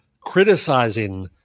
criticizing